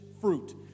fruit